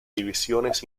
divisiones